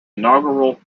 inaugural